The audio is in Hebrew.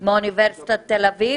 מאוניברסיטת תל-אביב.